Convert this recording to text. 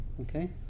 Okay